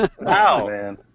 Wow